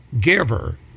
giver